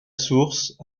source